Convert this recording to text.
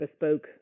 bespoke